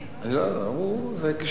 אני לא יודע, זה כשרון.